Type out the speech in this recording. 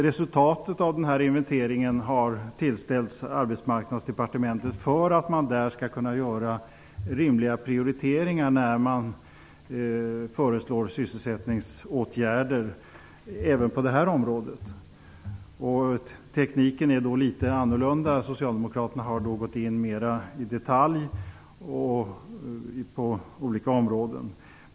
Resultatet av denna inventering har tillställts Arbetsmarknadsdepartementet så att man där skall kunna göra rimliga prioriteringar när man föreslår sysselsättningsåtgärder på detta område. Tekniken är litet annorlunda. Socialdemokraterna har gått in mera i detalj på olika områden.